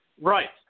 Right